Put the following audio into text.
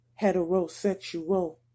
heterosexual